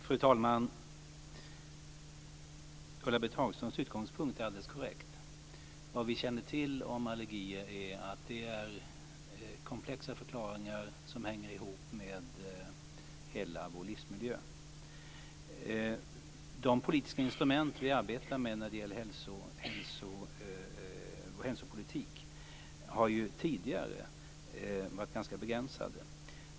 Fru talman! Ulla-Britt Hagströms utgångspunkt är alldeles korrekt. Vad vi känner till om allergier är att det är komplexa problem som hänger ihop med hela vår livsmiljö. De politiska instrument som vi arbetar med när det gäller hälsopolitik har tidigare varit ganska begränsade.